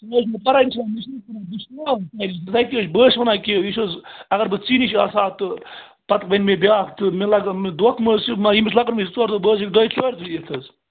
سُہ حظ چھِ مےٚ بہٕ حظ چھُس وَنان کہِ وُچھِو حظ اگر بہٕ ژی نِش آسہٕ ہہ تہٕ پَتہٕ ؤنہِ مےٚ بیٛاکھ تہٕ مےٚ لَگَن دۄہ دھونکہٕ مہٕ حظ چھِ ییٚمِس لَگَن وٕنۍ زٕ ژور دۄہ بہٕ حظ ہٮ۪کہٕ دۄیہِ ژورِ دۄہہِ یِتھ حظ